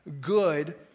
good